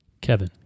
Kevin